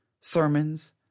sermons